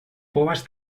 povas